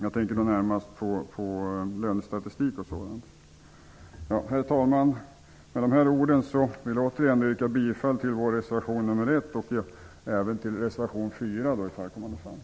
Jag tänker då närmast på lönestatistik och sådant. Herr talman! Med de här orden vill jag återigen yrka bifall till vår reservation 1 och även till reservation 4 i förekommande fall.